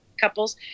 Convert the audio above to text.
couples